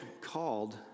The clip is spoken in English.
called